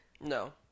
No